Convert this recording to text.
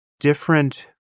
different